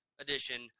edition